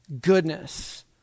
Goodness